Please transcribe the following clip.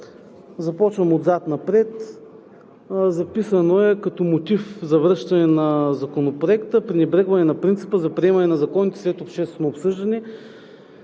Започвам отзад напред. Записано е като мотив за връщане на Закона „пренебрегване на принципа за приемане на законите след обществено обсъждане“,